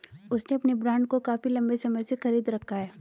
उसने अपने बॉन्ड को काफी लंबे समय से खरीद रखा है